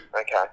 okay